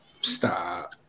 Stop